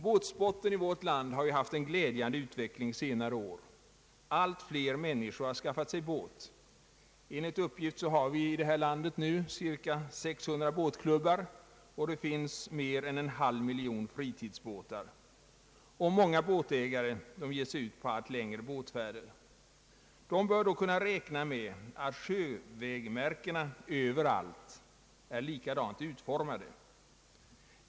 Båtsporten i vårt land har haft en glädjande utveckling under senare år. Allt fler människor har skaffat sig båt. Enligt uppgift finns i det här landet cirka 600 båtklubbar, och det finns mer än en halv miljon fritidsbåtar. Många båtägare ger sig ut på allt längre båtfärder. De bör då kunna räkna med att sjövägmärkena överallt är likadant utformade.